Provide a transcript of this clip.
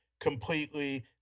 completely